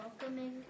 Welcoming